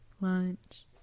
lunch